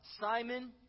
Simon